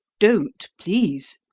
don't, please,